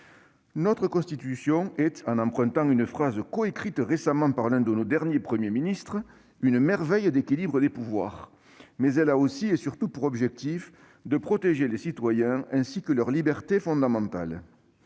Notre Constitution est, pour reprendre une phrase récemment coécrite par l'un de nos derniers Premiers ministres, une « merveille d'équilibre des pouvoirs ». Mais elle a aussi et surtout pour objectif de protéger les citoyens, ainsi que leurs libertés fondamentales.